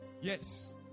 Yes